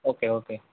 okay okay